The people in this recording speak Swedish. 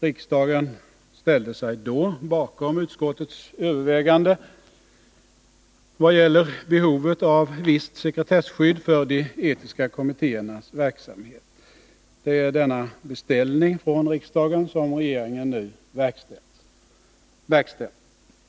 Riksdagen ställde sig då bakom utskottets överväganden i vad gäller behovet av visst sekretessskydd för de etiska kommittéernas verksamhet. Det är denna beställning från riksdagen som regeringen nu verkställer.